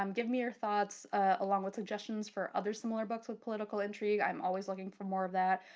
um give me your thoughts along with suggestions for other similar books with political intrigue. i'm always looking for more of that